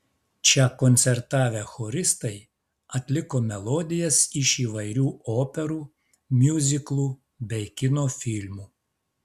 čia koncertavę choristai atliko melodijas iš įvairių operų miuziklų bei kino filmų